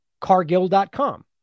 Cargill.com